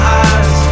eyes